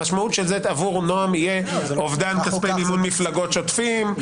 המשמעות של זה עבור נועם יהיה אובדן כספי מימון מפלגות שוטפים,